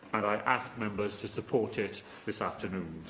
and i ask members to support it this afternoon.